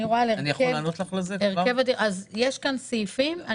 יש כאן סעיפים על הרכב הדירקטוריון.